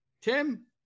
Tim